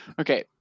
Okay